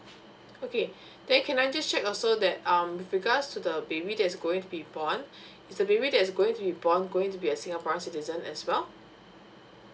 okay then can I just check also that um with regards to the baby that's going to be born is the baby that's going to be born is a singaporean citizen as well